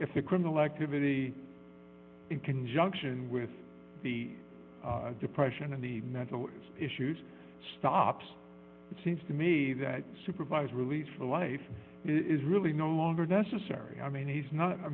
if the criminal activity in conjunction with the depression and the mental issues stops it seems to me that supervised release for life is really no longer necessary i mean he's not i